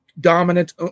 dominant